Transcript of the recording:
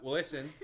listen